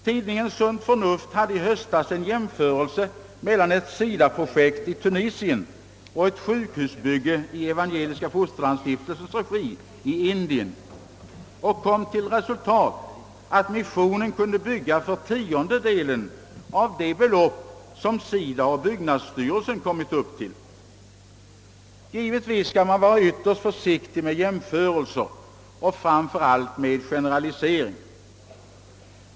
Tidningen Sunt Förnuft hade i höstas en jämförelse mellan ett SIDA-projekt i Tunisien och ett sjukhusbygge i Evangeliska Fosterlandsstiftelsens regi i Indien och kom till det resultatet, att missionen kunde bygga för tiondelen av det belopp som SIDA och byggnadsstyrelsen kommit upp till. Givetvis skall man vara ytterst försiktig med jämförelser och framför allt med generaliseringar.